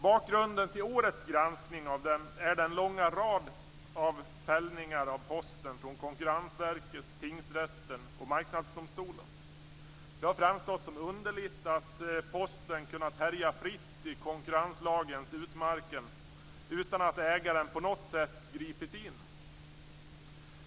Bakgrunden till årets granskning är den långa rad av fällningar av Posten från Konkurrensverket, Tingsrätten och Marknadsdomstolen. Det har framstått som underligt att Posten har kunnat härja fritt i konkurrenslagens utmarker utan att ägaren på något sätt gripit in.